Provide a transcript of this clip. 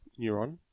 neuron